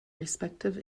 respective